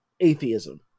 atheism